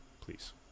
please